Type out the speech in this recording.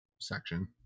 section